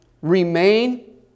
remain